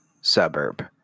suburb